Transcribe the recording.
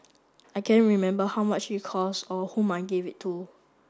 I can't remember how much it cost or whom I gave it to